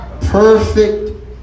perfect